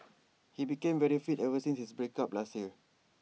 he became very fit ever since his break up last year